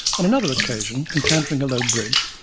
on another occasion, encountering a low bridge,